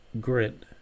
grit